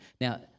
Now